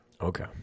Okay